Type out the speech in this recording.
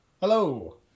Hello